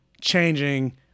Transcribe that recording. changing